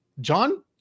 John